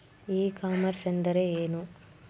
E commerce ಎಂದರೆ ಏನು?